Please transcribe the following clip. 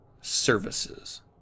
services